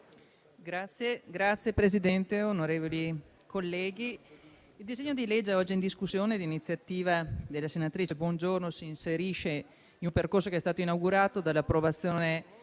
Signor Presidente, onorevoli colleghi, il disegno di legge oggi in discussione, di iniziativa della senatrice Giulia Bongiorno, si inserisce in un percorso che è stato inaugurato dall'approvazione